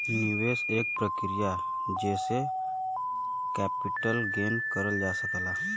निवेश एक प्रक्रिया जेसे कैपिटल गेन करल जा सकला